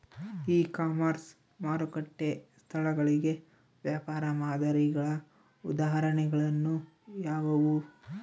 E commerce ಮಾರುಕಟ್ಟೆ ಸ್ಥಳಗಳಿಗೆ ವ್ಯಾಪಾರ ಮಾದರಿಗಳ ಉದಾಹರಣೆಗಳು ಯಾವುವು?